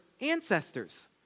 ancestors